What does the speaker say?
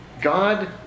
God